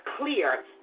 clear